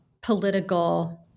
political